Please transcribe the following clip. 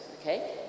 okay